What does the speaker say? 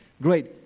great